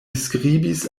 skribis